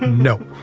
no.